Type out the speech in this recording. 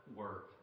work